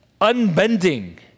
unbending